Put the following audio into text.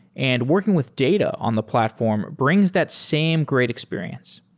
and working with data on the platform brings that same great experience.